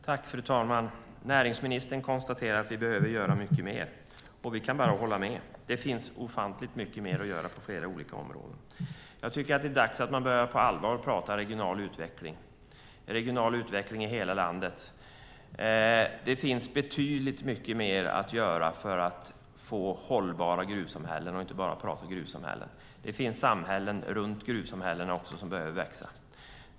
Fru talman! Näringsministern konstaterar att vi behöver göra mycket mer. Vi kan bara hålla med; det finns ofantligt mycket mer att göra på flera olika områden. Jag tycker att det är dags att man på allvar börjar prata regional utveckling - regional utveckling i hela landet. Det finns betydligt mycket mer att göra för att få hållbara gruvsamhällen. Och man ska inte bara prata gruvsamhällen, utan det finns också samhällen runt gruvsamhällena som behöver växa.